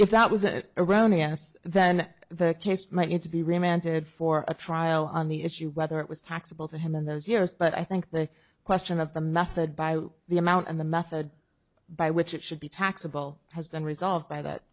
if that was it around yes then the case might need to be remanded for a trial on the issue whether it was taxable to him in those years but i think the question of the method by the amount and the method by which it should be taxable has been resolved by that